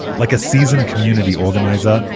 like a seasoned community organizer,